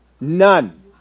None